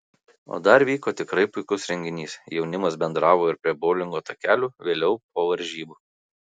o dar vyko tikrai puikus renginys jaunimas bendravo ir prie boulingo takelių vėliau po varžybų